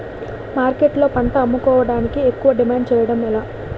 మార్కెట్లో పంట అమ్ముకోడానికి ఎక్కువ డిమాండ్ చేయడం ఎలా?